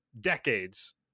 decades